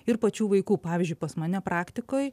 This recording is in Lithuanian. ir pačių vaikų pavyzdžiui pas mane praktikoj